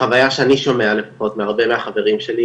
חוויה שאני שומע לפחות מהרבה מהחברים שלי